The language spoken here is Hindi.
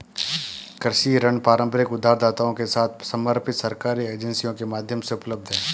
कृषि ऋण पारंपरिक उधारदाताओं के साथ समर्पित सरकारी एजेंसियों के माध्यम से उपलब्ध हैं